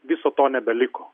viso to nebeliko